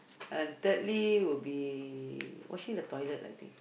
and thirdly would be washing the toilet I think